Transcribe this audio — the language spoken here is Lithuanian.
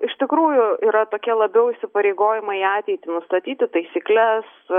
iš tikrųjų yra tokie labiau įsipareigojimai į ateitį nustatyti taisykles